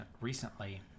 recently